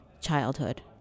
childhood